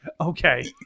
Okay